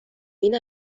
این